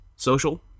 social